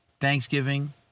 Thanksgiving